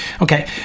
Okay